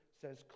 says